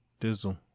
Dizzle